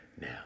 Now